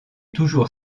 toujours